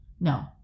No